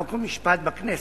חוק ומשפט בכנסת,